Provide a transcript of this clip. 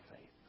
faith